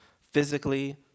physically